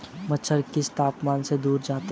मच्छर किस तापमान से दूर जाते हैं?